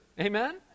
Amen